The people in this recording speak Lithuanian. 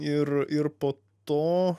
ir ir po to